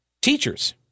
teachers